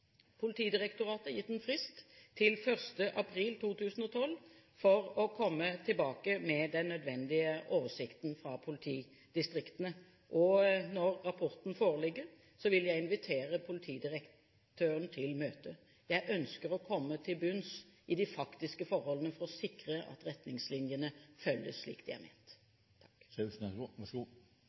Politidirektoratet er gitt en frist til 1. april 2012 for å komme tilbake med den nødvendige oversikten fra politidistriktene. Når rapporten foreligger, vil jeg invitere politidirektøren til et møte. Jeg ønsker å komme til bunns i de faktiske forholdene, for å sikre at retningslinjene følges slik de er ment.